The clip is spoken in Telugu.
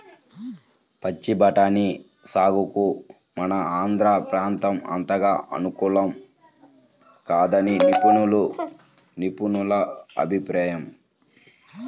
పచ్చి బఠానీ సాగుకు మన ఆంధ్ర ప్రాంతం అంతగా అనుకూలం కాదని నిపుణుల అభిప్రాయం